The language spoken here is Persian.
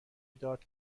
داد